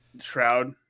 shroud